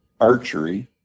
archery